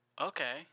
Okay